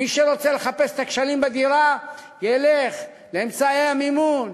מי שרוצה לחפש את הכשלים בבניית דירות ילך לאמצעי המימון,